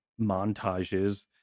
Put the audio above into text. montages